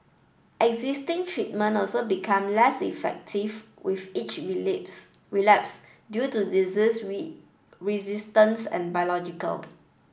existing treatment also become less effective with each relapse due to disease resistance and biological